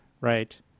Right